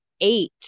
eight